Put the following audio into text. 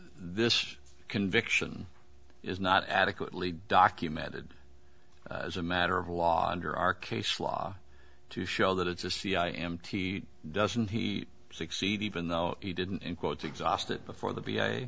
this conviction is not adequately documented as a matter of law under our case law to show that it's a c i m t doesn't he succeed even though he didn't quote exhausted before the